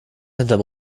hinterm